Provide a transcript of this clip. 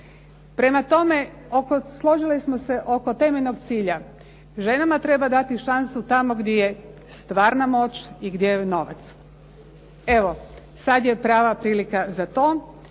Prema tome, složile smo se oko temeljnoga cilja, ženama treba dati šansu tamo gdje je stvarna moć i gdje je novac. Evo sad je prava prilika za to